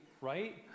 right